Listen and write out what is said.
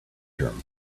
term